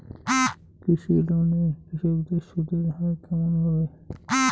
কৃষি লোন এ কৃষকদের সুদের হার কেমন হবে?